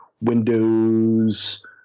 windows